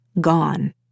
gone